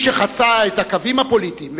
מי שחצה את הקווים הפוליטיים,